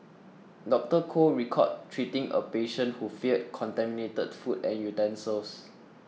Doctor Koh recalled treating a patient who feared contaminated food and utensils